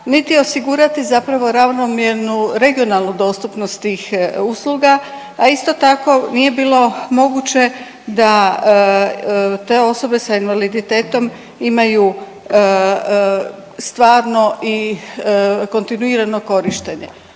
niti osigurati zapravo ravnomjernu regionalnu dostupnost tih usluga, a isto tako nije bilo moguće da te osobe s invaliditetom imaju stvarno i kontinuirano korištenje.